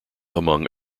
among